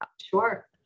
Sure